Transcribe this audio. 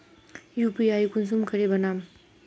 UPI कुंसम करे बनाम?